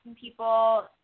people